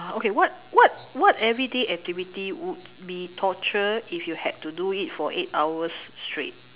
okay what what what everyday activity would be torture if you had to do it for eight hours straight